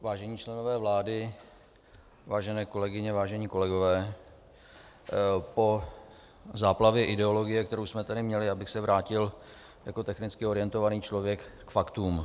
Vážení členové vlády, vážené kolegyně, vážení kolegové, po záplavě ideologie, kterou jsme tady měli, bych se vrátil jako technicky orientovaný člověk k faktům.